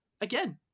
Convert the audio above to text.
Again